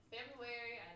February